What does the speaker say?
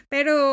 Pero